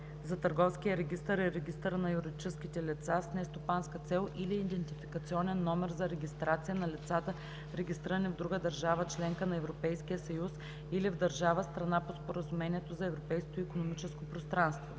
за търговския регистър и регистъра на юридическите лица с нестопанска цел, или идентификационен номер за регистрация на лицата, регистрирани в друга държава – членка на Европейския съюз, или в държава – страна по Споразумението за Европейското икономическо пространство;